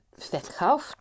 verkauft